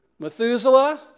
Methuselah